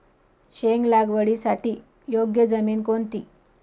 शेंग लागवडीसाठी योग्य जमीन कोणती?